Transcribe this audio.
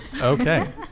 Okay